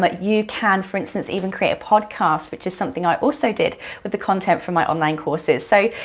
but you can, for instance, even create a podcast, which is something i also did with the content from my online courses. so,